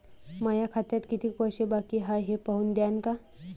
माया खात्यात कितीक पैसे बाकी हाय हे पाहून द्यान का?